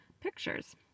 pictures